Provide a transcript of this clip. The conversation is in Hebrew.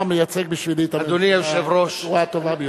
אתה מייצג בשבילי את הממשלה בצורה הטובה ביותר.